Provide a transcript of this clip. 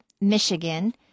Michigan